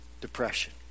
depression